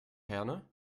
herne